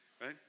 right